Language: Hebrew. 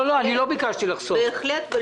לא ביקשתי לחשוף את השמות.